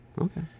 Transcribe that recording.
okay